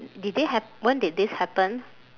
did it hap~ when did this happen